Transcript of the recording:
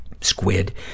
squid